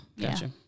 Gotcha